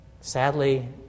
Sadly